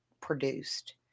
produced